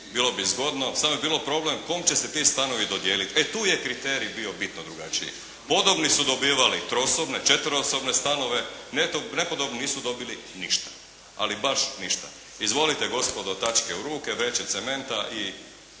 bilo bi zgodno. Samo bi bio problem kome će se ti stanovi dodijeliti. E tu je kriterij bio bitno drugačiji. Podobni su dobivali trosobne, četverosobne stanove, nepodobni nisu dobili ništa, ali baš ništa. Izvolite gospodo tačke u ruke, vreće cementa i